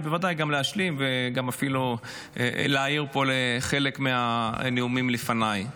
ובוודאי גם להשלים ואפילו גם להעיר פה לחלק מהנואמים לפניי.